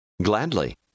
Gladly